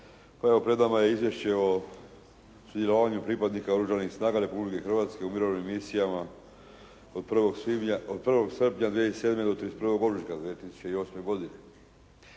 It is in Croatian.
tajnici. Pred nama je Izvješće o sudjelovanju pripadnika Oružanih snaga Republike Hrvatske u mirovnim misijama od 1. srpnja 2007. do 31. ožujka 2008. godine.